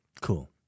Cool